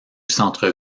centre